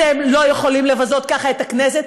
אתם לא יכולים לבזות ככה את הכנסת,